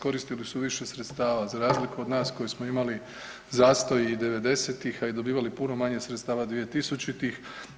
Koristili su više sredstava, za razliku od nas koji smo imali zastoj i '90.-tih a i dobivali puno manje sredstava 2000.